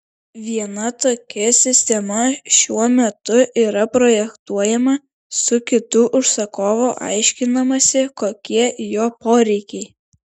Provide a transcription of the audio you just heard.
viena tokia sistema šiuo metu yra projektuojama su kitu užsakovu aiškinamasi kokie jo poreikiai